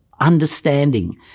understanding